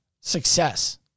success